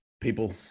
People